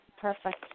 perfect